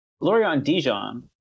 Lorient-Dijon